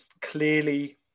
clearly